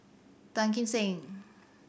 Tan Kim Seng